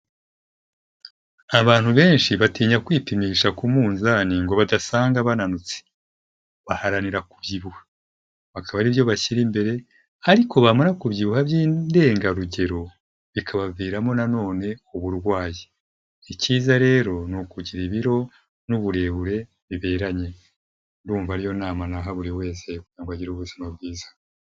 Abantu benshi batinya kwipimisha ku munzani ngo badasanga bananutse, baharanira kubyibuha, bakaba ari byo bashyira imbere, ariko bamara kubyibuha by'indengarugero bikabaviramo na none uburwayi, icyiza rero ni ukugira ibiro n'uburebure biberanye, ndumva ariyo nama naha buri wese kugira ngo agire ubuzima bwiza.